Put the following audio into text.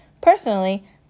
Personally